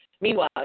Meanwhile